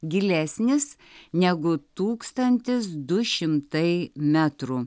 gilesnis negu tūkstantis du šimtai metrų